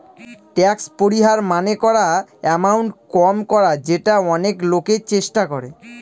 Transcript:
tax পরিহার মানে করা এমাউন্ট কম করা যেটা অনেক লোকই চেষ্টা করে